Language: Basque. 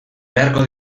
beharko